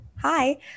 hi